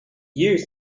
years